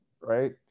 right